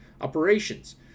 operations